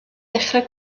dechrau